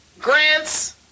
grants